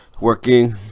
working